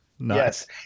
Yes